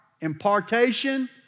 impartation